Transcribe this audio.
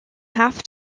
half